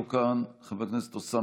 חבר הכנסת יאיר